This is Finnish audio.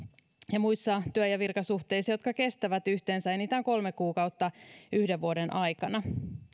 ja muissa työ ja virkasuhteissa jotka kestävät yhteensä enintään kolme kuukautta yhden vuoden aikana